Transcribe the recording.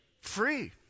Free